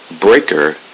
Breaker